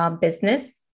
business